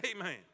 amen